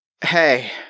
hey